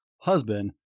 husband